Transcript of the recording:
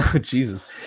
Jesus